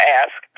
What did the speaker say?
ask